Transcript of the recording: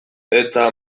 eta